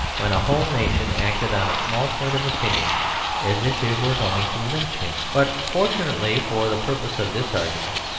when a whole nation acted on a small point of opinion as if it were going to lynch him. but, fortunately for the purpose of this argument,